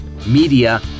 Media